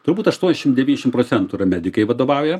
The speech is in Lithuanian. turbūt aštuoniasdešim devyniasdešim procentų yra medikai vadovauja